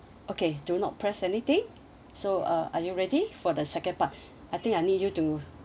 okay do not press anything so uh are you ready for the second part I think I need you to